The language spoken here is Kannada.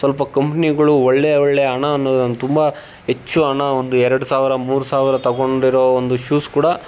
ಸ್ವಲ್ಪ ಕಂಪ್ನಿಗಳು ಒಳ್ಳೆಯ ಒಳ್ಳೆಯ ಹಣ ಅನ್ನೋದನ್ನು ತುಂಬ ಹೆಚ್ಚು ಹಣ ಒಂದು ಎರಡು ಸಾವಿರ ಮೂರು ಸಾವಿರ ತಗೊಂಡಿರೊ ಒಂದು ಶೂಸ್ ಕೂಡ